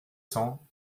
cents